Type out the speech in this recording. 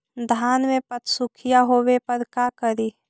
धान मे पत्सुखीया होबे पर का करि?